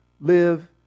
live